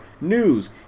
news